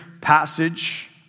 passage